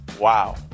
wow